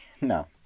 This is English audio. No